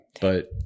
but-